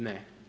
Ne.